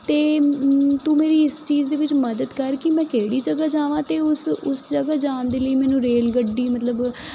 ਅਤੇ ਤੂੰ ਮੇਰੀ ਇਸ ਚੀਜ਼ ਦੇ ਵਿੱਚ ਮਦਦ ਕਰ ਕਿ ਮੈਂ ਕਿਹੜੀ ਜਗ੍ਹਾ ਜਾਵਾਂ ਅਤੇ ਉਸ ਉਸ ਜਗ੍ਹਾ ਜਾਣ ਦੇ ਲਈ ਮੈਨੂੰ ਰੇਲ ਗੱਡੀ ਮਤਲਬ